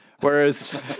whereas